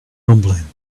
rumbling